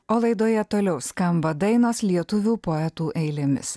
o laidoje toliau skamba dainos lietuvių poetų eilėmis